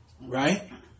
right